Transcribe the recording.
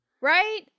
Right